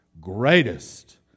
Greatest